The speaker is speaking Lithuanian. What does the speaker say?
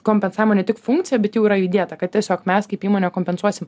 kompensavimo ne tik funkcija bet jau yra įdėta kad tiesiog mes kaip įmonė kompensuosim